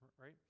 right